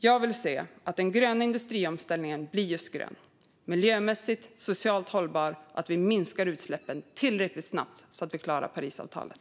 Jag vill se att den gröna industriomställningen blir just grön. Jag vill se att den blir miljömässigt och socialt hållbar och att vi minskar utsläppen tillräckligt snabbt så att vi klarar Parisavtalet.